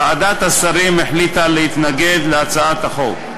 ועדת השרים החליטה להתנגד להצעת החוק.